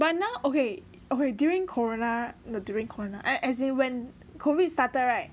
but now okay okay during corona during corona ah as in when COVID started right